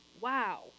Wow